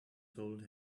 told